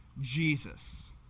Jesus